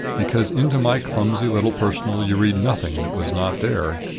because into my clumsy little personal you read nothing that was not there.